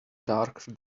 darker